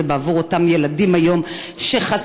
זה בעבור אותם ילדים שהיום חשופים,